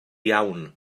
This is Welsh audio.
iawn